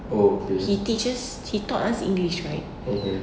he teaches he taught us english right